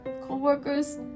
co-workers